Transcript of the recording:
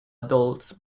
adults